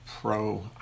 Pro